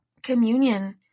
communion